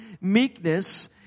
Meekness